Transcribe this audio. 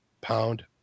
pound